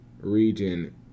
region